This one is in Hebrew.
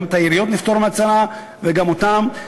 גם את העיריות נפטור מהצרה וגם אותם.